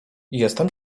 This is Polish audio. jestem